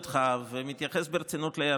אבל אני מכבד אותך ומתייחס ברצינות להערותיך.